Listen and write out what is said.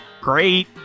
great